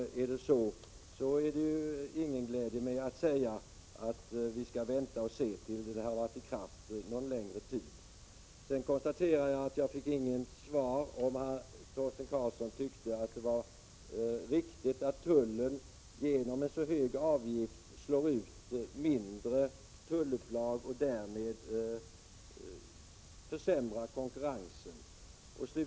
Är det det senare finns det ingen anledning att säga att vi skall vänta och se tills reglerna har varit i kraft en längre tid. Jag konstaterar att jag inte fick något svar på frågan om Torsten Karlsson tyckte det var riktigt att tullen genom en så hög avgift slår ut mindre tullupplag och därmed försämrar konkurrensen.